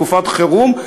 לתקופת חירום,